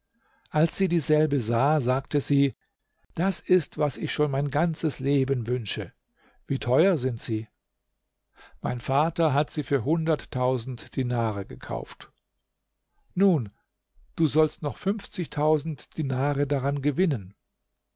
als sie dieselbe sah sagte sie das ist was ich schon mein ganzes leben wünsche wie teuer sind sie mein vater hat sie für hunderttausend dinare gekauft nun du sollst noch fünfzigtausend dinare daran gewinnen